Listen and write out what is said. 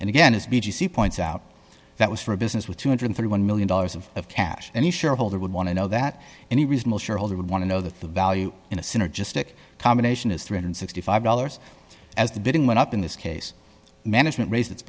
and again is b g c points out that was for a business with two hundred and thirty one million dollars of cash and you shareholder would want to know that any reasonable shareholder would want to know that the value in a synergistic combination is three one hundred and sixty five dollars as the bidding went up in this case management raised it